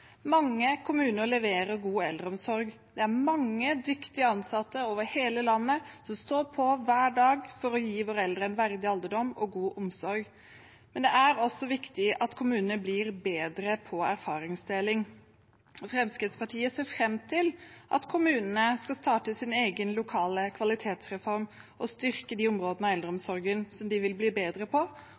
Mange kommuner leverer god eldreomsorg. Det er mange dyktige ansatte over hele landet som står på hver dag for å gi våre eldre en verdig alderdom og god omsorg. Men det er også viktig at kommunene blir bedre på erfaringsdeling. Fremskrittspartiet ser fram til at kommunene skal starte sin egen lokale kvalitetsreform og styrke de områdene av eldreomsorgen som de vil bli bedre på,